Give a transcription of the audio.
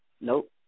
Nope